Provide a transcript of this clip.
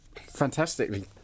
fantastically